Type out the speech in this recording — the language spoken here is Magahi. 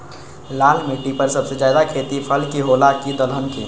लाल मिट्टी पर सबसे ज्यादा खेती फल के होला की दलहन के?